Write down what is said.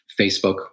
Facebook